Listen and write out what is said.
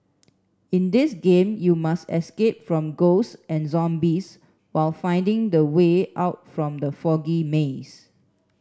in this game you must escape from ghosts and zombies while finding the way out from the foggy maze